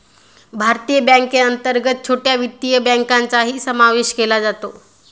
भारतीय बँकेअंतर्गत छोट्या वित्तीय बँकांचाही समावेश केला जातो